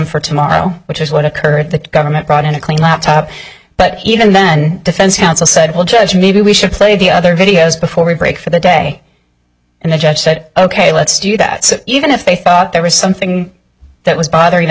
for tomorrow which is what occurred the government brought in a clean laptop but even then defense counsel said well judge maybe we should play the other videos before we break for the day and the judge said ok let's do that even if they thought there was something that was bothering